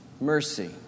mercy